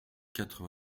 quatre